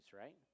right